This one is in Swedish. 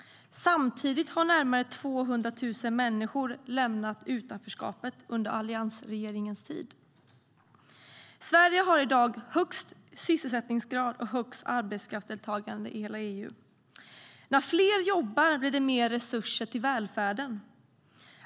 Samtidigt har närmare 200 000 människor lämnat utanförskapet under Alliansregeringens tid. Sverige har i dag högst sysselsättningsgrad och högst arbetskraftsdeltagande i hela EU. När fler jobbar blir det mer resurser till välfärden.